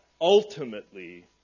ultimately